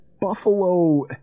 Buffalo